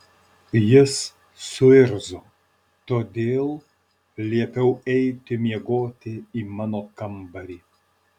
jis suirzo todėl liepiau eiti miegoti į mano kambarį